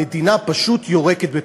המדינה פשוט יורקת בפרצופם,